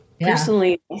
personally